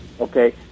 Okay